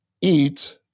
eat